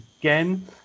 again